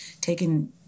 taken